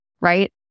right